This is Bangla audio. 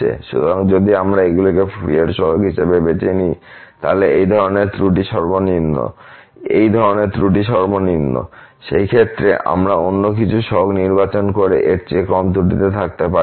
সুতরাং যদি আমরা এগুলিকে ফুরিয়ার সহগ হিসাবে বেছে নিই তাহলে এই ধরনের ত্রুটি সর্বনিম্ন এই ধরনের ত্রুটি সর্বনিম্ন সেই ক্ষেত্রে আমরা অন্য কিছু সহগ নির্বাচন করে এর চেয়ে কম ত্রুটিতে থাকতে পারি না